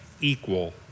equal